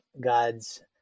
God's